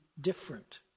different